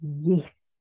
yes